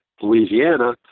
Louisiana